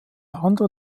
andere